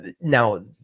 now